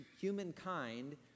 humankind